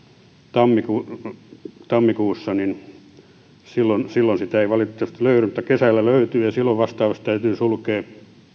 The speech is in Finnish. tammikuussa tammikuussa niin silloin silloin sitä ei valitettavasti löydy mutta kesällä löytyy ja silloin vastaavasti täytyy sulkea